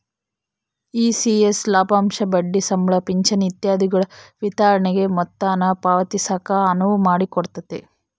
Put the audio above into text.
ECS ಲಾಭಾಂಶ ಬಡ್ಡಿ ಸಂಬಳ ಪಿಂಚಣಿ ಇತ್ಯಾದಿಗುಳ ವಿತರಣೆಗೆ ಮೊತ್ತಾನ ಪಾವತಿಸಾಕ ಅನುವು ಮಾಡಿಕೊಡ್ತತೆ